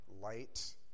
light